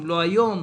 לא היום,